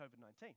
COVID-19